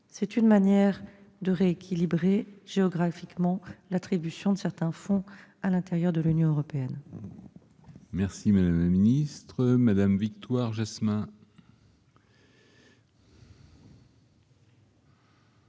c'est une manière de rééquilibrer géographiquement l'attribution de certains fonds à l'intérieur de l'Union européenne. La parole est à Mme Victoire Jasmin.